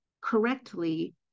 correctly